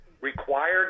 required